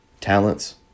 talents